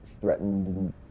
threatened